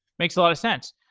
makes a lot of sense.